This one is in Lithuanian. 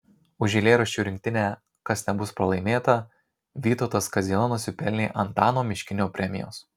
už eilėraščių rinktinę kas nebus pralaimėta vytautas kaziela nusipelnė antano miškinio premijos